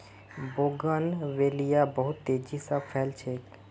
bougainvillea बहुत तेजी स फैल छेक